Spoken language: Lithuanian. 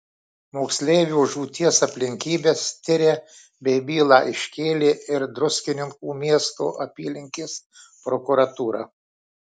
moksleivio žūties aplinkybes tiria bei bylą iškėlė ir druskininkų miesto apylinkės prokuratūra